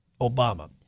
Obama